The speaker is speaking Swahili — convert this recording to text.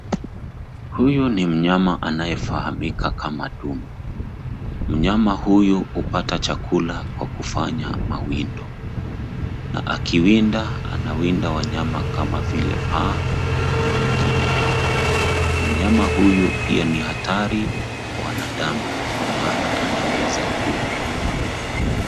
Huyu ni mnyama anayefahamika kama duma. Mnyama huyu hupata chakula kwa kufanya mawindo na akiwinda anawinda wanyama kama vile paa na wengineo na mnyama huyu pia ni hatari kwa wanadamu kwa sababu anaweza kuua.